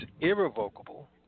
irrevocable